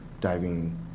diving